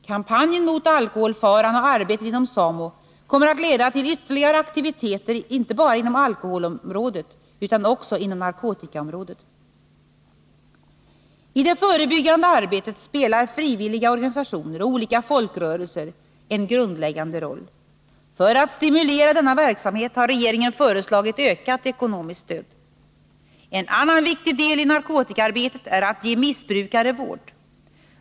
Kampanjen mot alkoholfaran och arbetet inom SAMO kommer att leda till ytterligare aktiviteter inte bara inom alkoholområdet utan också inom narkotikaområdet. I det förebyggande arbetet spelar frivilliga organisationer och olika folkrörelser en grundläggande roll. För att stimulera denna verksamhet har regeringen föreslagit ökat ekonomiskt stöd. En annan viktig del i narkotikaarbetet är att ge missbrukare vård.